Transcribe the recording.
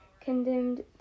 condemned